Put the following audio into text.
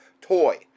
toy